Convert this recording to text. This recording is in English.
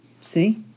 See